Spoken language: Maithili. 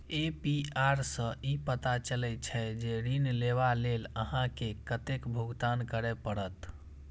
ए.पी.आर सं ई पता चलै छै, जे ऋण लेबा लेल अहां के कतेक भुगतान करय पड़त